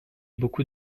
beaucoup